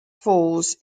falls